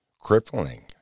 crippling